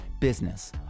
business